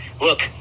Look